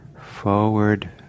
forward